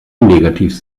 negativ